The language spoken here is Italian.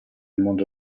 mondo